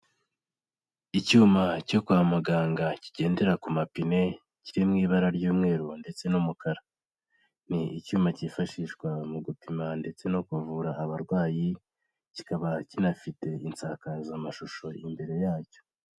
Icyuma cyo kwa muganga kigendera ku mapine, kiri mu ibara ry'umweru ndetse n'umukara. Ni icyuma cyifashishwa mu gupima ndetse no kuvura abarwayi, kikaba kinafite insakazamashusho imbere yacyo.